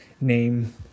name